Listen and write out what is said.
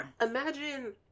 imagine